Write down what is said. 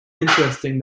interesting